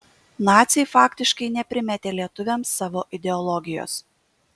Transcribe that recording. naciai faktiškai neprimetė lietuviams savo ideologijos